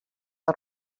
der